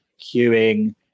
queuing